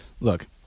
look